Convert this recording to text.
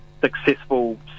successful